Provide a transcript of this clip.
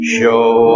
Show